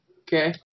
Okay